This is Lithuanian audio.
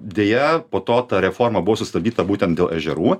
deja po to ta reforma buvo sustabdyta būtent dėl ežerų